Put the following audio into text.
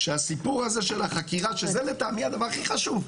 שהסיפור הזה של החקירה שזה לטעמי הדבר הכי חשוב,